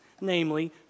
Namely